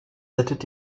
hättet